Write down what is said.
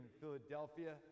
Philadelphia